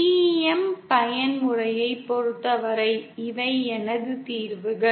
TEM பயன்முறையைப் பொறுத்தவரை இவை எனது தீர்வுகள்